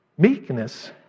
Meekness